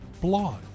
blog